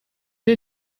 est